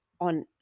on